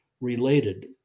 related